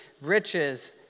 riches